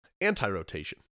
anti-rotation